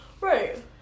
Right